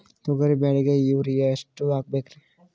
ತೊಗರಿ ಬೆಳಿಗ ಯೂರಿಯಎಷ್ಟು ಹಾಕಬೇಕರಿ?